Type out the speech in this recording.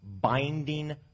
binding